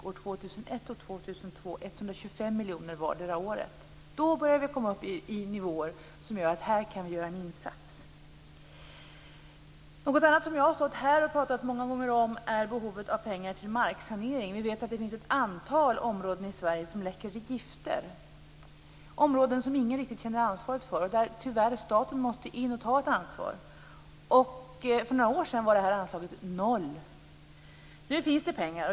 År 2001 och 2002 ligger det 125 miljoner vardera året. Då börjar vi komma upp i nivåer som innebär att vi kan göra en insats. Något annat som jag har stått här och pratat om många gånger är behovet av pengar till marksanering. Vi vet att det finns ett antal områden i Sverige som läcker gifter. Det är områden som ingen riktigt känner ansvar för och där staten tyvärr måste gå in och ta ett ansvar. För några år sedan var det här anslaget noll. Nu finns det pengar.